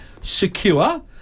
secure